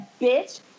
bitch